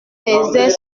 faisait